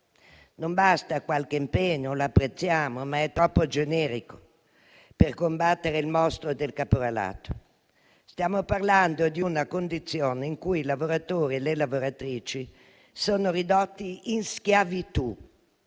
Non basta qualche impegno - lo apprezziamo, ma è troppo generico - per combattere il mostro del caporalato. Stiamo parlando di una condizione in cui i lavoratori e le lavoratrici sono ridotti in schiavitù: